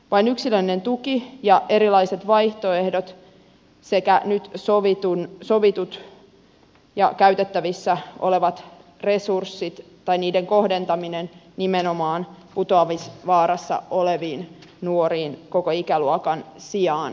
vain yksilöllinen tuki ja erilaiset vaihtoehdot sekä nyt sovittujen ja käytettävissä olevien resurssien kohdentaminen nimenomaan putoamisvaarassa oleviin nuoriin koko ikäluokan sijaan